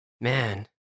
Man